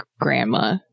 grandma